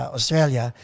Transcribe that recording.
Australia